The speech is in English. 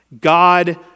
God